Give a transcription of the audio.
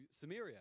Samaria